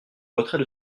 retrait